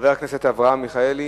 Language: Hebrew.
חבר הכנסת אברהם מיכאלי,